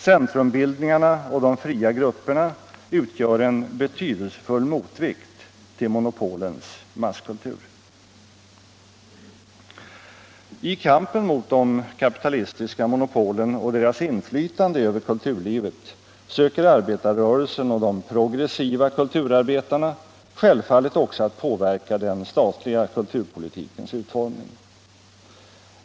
Centrumbildningarna och de fria grupperna utgör en betydelsefull motvikt till monopolens masskultur. I kampen mot de kapitalistiska monopolen och deras inflytande över kulturlivet söker arbetarrörelsen och de progressiva kulturarbetarna självfallet också att påverka den statliga kulturpolitikens utformning.